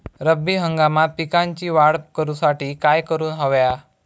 रब्बी हंगामात पिकांची वाढ करूसाठी काय करून हव्या?